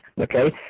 Okay